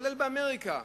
גם באמריקה,